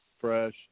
fresh